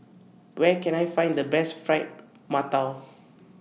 Where Can I Find The Best Fried mantou